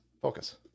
focus